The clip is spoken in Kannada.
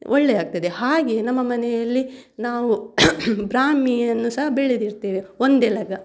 ಒಳ್ಳೆದಾಗ್ತದೆ ಹಾಗೆ ನಮ್ಮ ಮನೆಯಲ್ಲಿ ನಾವು ಬ್ರಾಹ್ಮಿಯನ್ನು ಸಹ ಬೆಳೆದಿರ್ತೇವೆ ಒಂದೆಲಗ